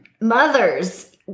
mothers